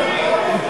הם הזויים.